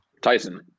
Tyson